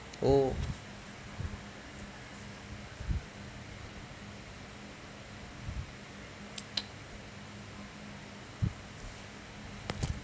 oh